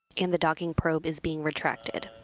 and the docking probe is being retracted.